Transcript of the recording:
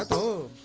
oh